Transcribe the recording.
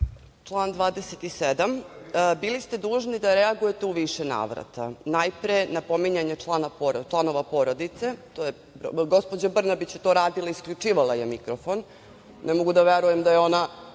Član 27.Bili ste dužni da reagujete u više navrata. Najpre na pominjanje članova porodice. Gospođa Brnabić je to radila, isključivala je mikrofon. Ne mogu da verujem da je ona